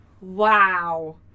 Wow